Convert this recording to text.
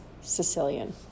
Sicilian